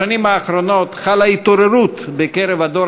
בשנים האחרונות חלה התעוררות בקרב הדור